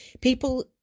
people